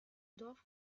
dorf